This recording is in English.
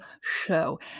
show